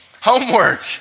Homework